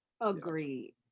Agreed